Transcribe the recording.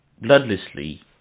bloodlessly